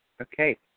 Okay